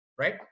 right